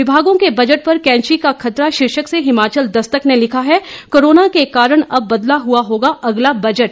विभागों के बजट पर कैंची का खतरा शीर्षक से हिमाचल दस्तक ने लिखा है कोरोना के कारण अब बदला हुआ होगा अगला बजट